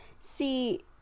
See